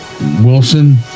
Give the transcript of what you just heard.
wilson